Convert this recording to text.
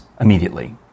immediately